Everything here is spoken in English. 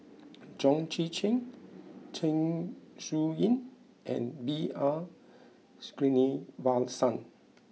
Chong Tze Chien Zeng Shouyin and B R Sreenivasan